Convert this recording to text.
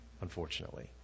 unfortunately